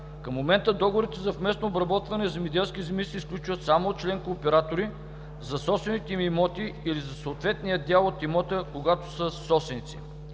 към момента договорите за съвместно обработване на земеделски земи се сключват само от член-кооператори за собствените им имоти или за съответния дял от имота, когато са съсобственици.